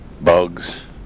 bugs